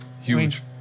Huge